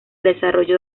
desarrollo